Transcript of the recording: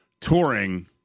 touring